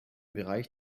bereich